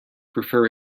prefer